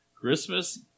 Christmas